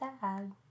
sad